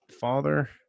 father